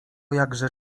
jakże